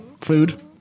food